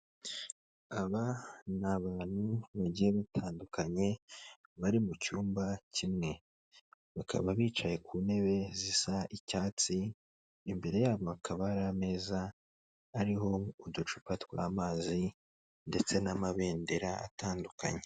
Aba ni abantu bagiye batandukanye bari mu cyumba kimwe. Bakaba bicaye ku ntebe zisa icyatsi, imbere yabo hakaba hari ameza ariho uducupa tw'amazi ndetse n'amabendera atandukanye.